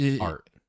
art